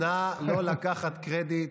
אני מבקש לא לקחת קרדיט